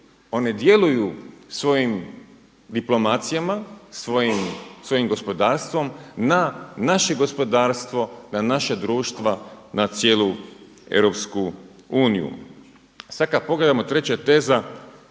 one djeluju svojim diplomacijama, svojim gospodarstvom na naše gospodarstvo, na naša društva, na cijelu EU. Sada kada pogledamo treća teza,